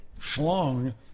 schlong